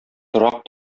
торак